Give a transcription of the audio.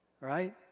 Right